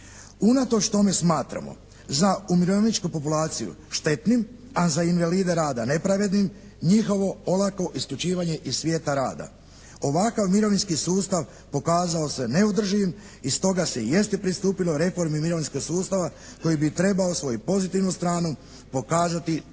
Unatoč tome smatramo za umirovljeničku populaciju štetnim, a za invalide rada nepravednim njihovo olako isključivanje iz svijeta rada. Ovakav mirovinski sustav pokazao se neodrživim i stoga se jeste pristupilo reformi mirovinskog sustava koji bi trebao svoju pozitivnu stranu pokazati tek